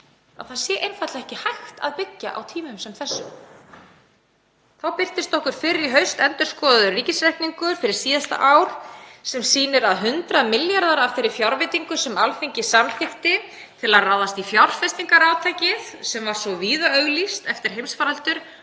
það sé einfaldlega ekki hægt að byggja á tímum sem þessum. Þá birtist okkur fyrr í haust endurskoðaður ríkisreikningur fyrir síðasta ár sem sýnir að 100 milljarðar kr. af þeirri fjárveitingu sem Alþingi samþykkti til að ráðast í fjárfestingarátakið, sem var svo víða auglýst eftir heimsfaraldur,